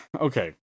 Okay